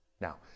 Now